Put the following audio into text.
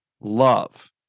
love